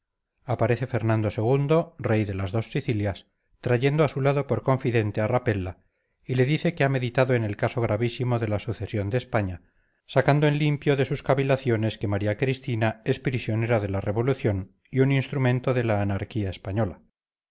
de las dos sicilias trayendo a su lado por confidente a rapella y le dice que ha meditado en el caso gravísimo de la sucesión de españa sacando en limpio de sus cavilaciones que maría cristina es prisionera de la revolución y un instrumento de la anarquía española